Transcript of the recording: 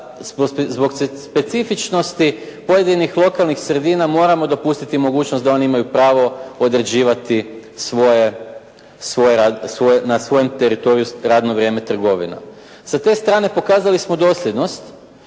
zbog specifičnosti pojedinih lokalnih sredina moramo dopustiti mogućnost da oni imaju pravo određivati na svom teritoriju radno vrijeme trgovina. Sa te strane pokazali smo dosljednost,